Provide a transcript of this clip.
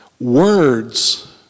Words